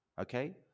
okay